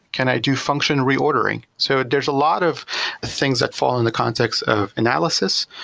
can i do function re-ordering? so there's a lot of things that fall into context of analysis,